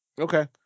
okay